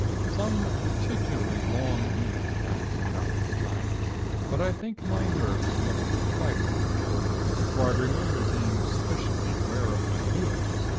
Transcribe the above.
some particularly long minutes passed, about this time but i think my nerves must have quieted a bit for i remember being sufficiently aware of my feelings,